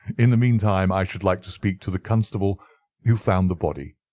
in the meantime i should like to speak to the constable who found the body.